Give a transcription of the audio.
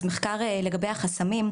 אז מחקר מעמיק לגבי החסמים,